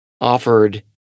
offered